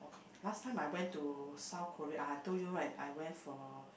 last time I went to South Korea I told you right I went for